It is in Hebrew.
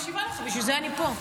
אני מקשיבה לך, בגלל זה אני פה.